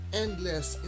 endless